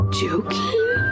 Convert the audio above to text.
joking